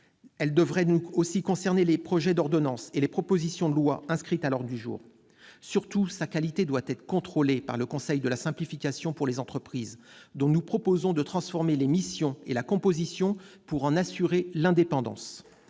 également obligatoire pour les projets d'ordonnances et les propositions de loi inscrites à l'ordre du jour. Surtout, sa qualité doit être contrôlée par le Conseil de la simplification pour les entreprises, dont nous proposons de transformer les missions et la composition pour en assurer l'indépendance.